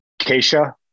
Keisha